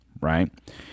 right